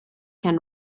can